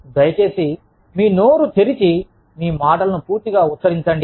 దయచేసి మీ నోరు తెరిచి మీ మాటలను పూర్తిగా ఉచ్చరించండి